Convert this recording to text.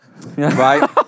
Right